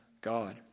God